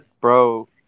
Bro